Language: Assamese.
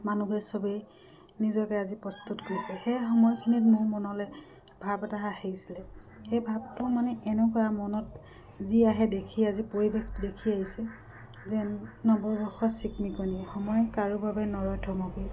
মানুহবোৰে চবেই নিজকে আজি প্ৰস্তুত কৰিছে সেই সময়খিনিত মোৰ মনলৈ ভাৱ এটা আহিছিলে সেই ভাৱটো মানে এনেকুৱা মনত যি আহে দেখি আজি পৰিৱেশটো দেখি আহিছে যেন নৱবৰ্ষৰ চিকমিকনিয়ে সময় কাৰো বাবে নৰয় থমকি